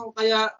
kaya